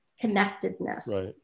connectedness